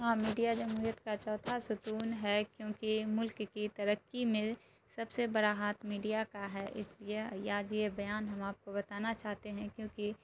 ہاں میڈیا جمہوریت کا چوتھا ستون ہے کیونکہ ملک کی ترقی میں سب سے بڑا ہاتھ میڈیا کا ہے اس لیے آج یہ بیان ہم آپ کو بتانا چاہتے ہیں کیونکہ